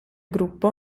gruppo